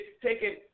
taking